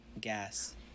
gas